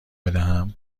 بدهم